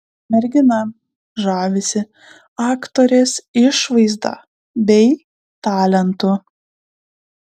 mergina žavisi aktorės išvaizda bei talentu